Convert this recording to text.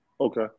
Okay